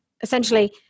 essentially